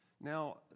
Now